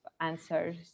answers